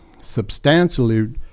substantially